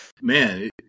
man